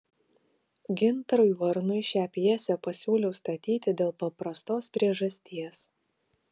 gintarui varnui šią pjesę pasiūliau statyti dėl paprastos priežasties